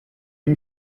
you